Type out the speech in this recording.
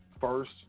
first